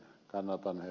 kannatan ed